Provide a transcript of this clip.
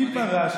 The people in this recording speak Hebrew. מי פרש?